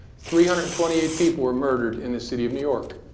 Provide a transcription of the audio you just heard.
three hundred and twenty eight people were murdered in the city of new york.